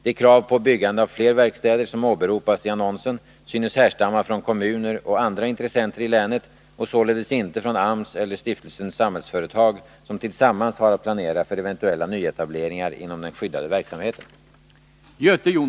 De krav på byggande av fler verkstäder som åberopas i annonsen synes härstamma från kommuner och andra intressenter i länet och således inte från AMS eller Stiftelsen Samhällsföretag, som tillsammans har att planera för eventuella nyetableringar inom den skyddade verksamheten.